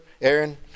Aaron